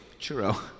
churro